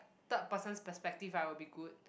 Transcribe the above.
third person's perspective I will be good